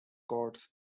quartz